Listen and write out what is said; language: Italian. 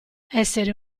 essere